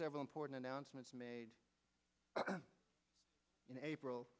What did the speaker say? several important announcements made in april